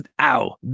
ow